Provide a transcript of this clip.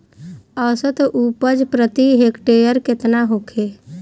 औसत उपज प्रति हेक्टेयर केतना होखे?